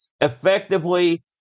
effectively